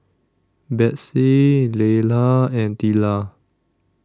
Betsey Leila and Tilla